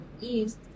East